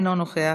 אינו נוכח,